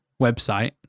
website